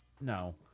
no